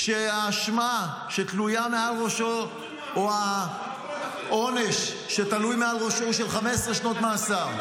כשהאשמה שתלויה מעל ראשו או העונש שתלוי מעל ראשו הוא של 15 שנות מאסר.